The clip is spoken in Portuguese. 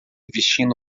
vestindo